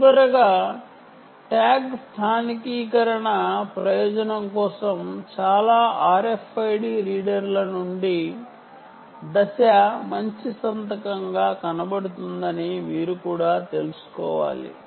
చివరగా ట్యాగ్ స్థానికీకరణ ప్రయోజనం కోసం చాలా RFID రీడర్ల నుండి ఫేస్ మంచి విధానంగా కనబడుతుందని మీరు కూడా తెలుసుకోవాలి